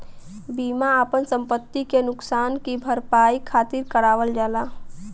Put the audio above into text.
बीमा आपन संपति के नुकसान की भरपाई खातिर करावल जाला